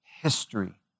history